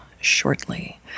shortly